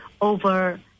over